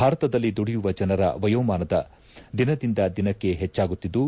ಭಾರತದಲ್ಲಿ ದುಡಿಯುವ ಜನರ ವಯೋಮಾನ ದಿನದಿಂದ ದಿನಕ್ಕೆ ಹೆಚ್ಚಾಗುತ್ತಿದ್ದು